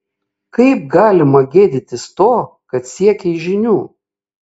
kaip galima gėdytis to kad siekei žinių